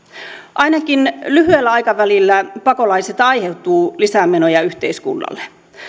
ainakin lyhyellä aikavälillä pakolaisista aiheutuu lisämenoja yhteiskunnalle